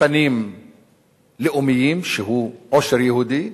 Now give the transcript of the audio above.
פנים לאומיים, הוא עושר יהודי,